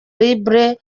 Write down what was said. libre